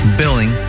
billing